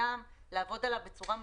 לעבוד עליו בצורה משמעותית.